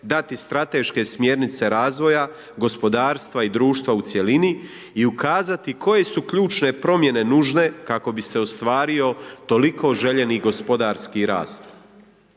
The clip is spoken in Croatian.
dati strateške smjernice razvoja gospodarstva i društva u cjelini i ukazati koje su ključne promjene nužne kako bi se ostvario toliko željeni gospodarski rast.